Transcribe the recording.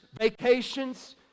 vacations